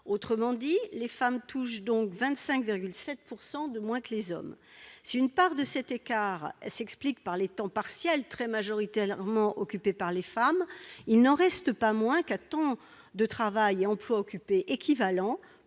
Autrement dit, les femmes touchent 25,7 % de moins que les hommes. Si une part de cet écart s'explique par le fait que les emplois à temps partiel sont très majoritairement occupés par les femmes, il n'en reste pas moins que, à temps de travail et à emploi occupé équivalents,